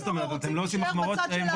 אנחנו רוצים שיהיה בצד של ההקלות.